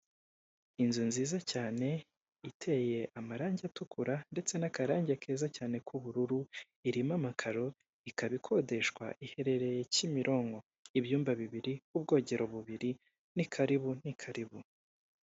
Inzu nziza cyane iteye amarange atukura ndetse n'akarange keza cyane k'ubururu, irimo amakaro ikaba ikodeshwa iherereye kimironko ibyumba bibiri ubwogero bubiri nikalibu ni kalibu.